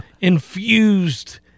Infused